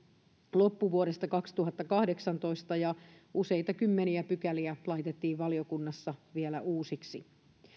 loppuvuodesta kaksituhattakahdeksantoista ja useita kymmeniä pykäliä laitettiin valiokunnassa vielä uusiksi